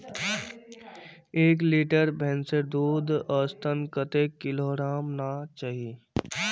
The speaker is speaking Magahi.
एक लीटर भैंसेर दूध औसतन कतेक किलोग्होराम ना चही?